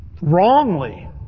wrongly